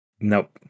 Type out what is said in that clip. Nope